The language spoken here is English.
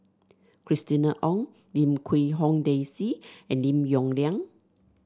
Christina Ong Lim Quee Hong Daisy and Lim Yong Liang